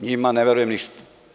Njima ne verujem ništa.